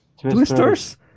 Twisters